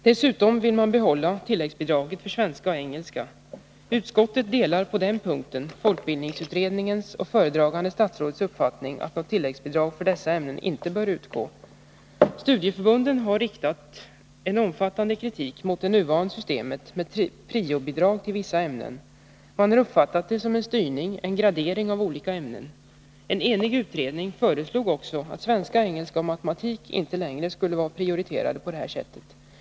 Dessutom vill man behålla tilläggsbidraget för svenska och engelska. Utskottet delar på den punkten folkbildningsutredningens och föredragande statsrådets uppfattning att något tilläggsbidrag för dessa ämnen inte bör utgå. Studieförbunden har riktat en omfattande kritik mot det nuvarande systemet med priobidrag till vissa ämnen. Man har uppfattat det som en styrning, en gradering av olika ämnen. En enig utredning föreslog också att svenska, engelska och matematik inte längre skulle vara prioriterade.